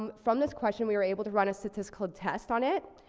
um from this question, we were able to run a statistical test on it.